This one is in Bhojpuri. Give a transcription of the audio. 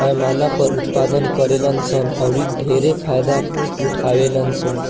पैमाना पर उत्पादन करेलन सन औरि ढेरे फायदा उठावेलन सन